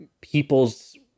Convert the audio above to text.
people's